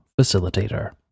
facilitator